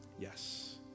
Yes